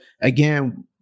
again